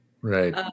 Right